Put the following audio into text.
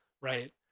right